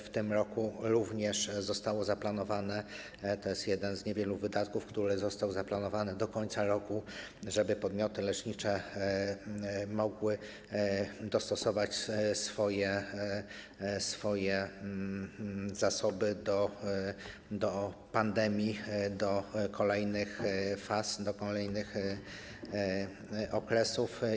W tym roku również zostało zaplanowane - to jest jeden z niewielu wydatków, które zostały zaplanowane do końca roku - żeby podmioty lecznicze mogły dostosować swoje zasoby do pandemii, do kolejnych faz, do kolejnych okresów.